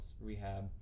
rehab